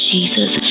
Jesus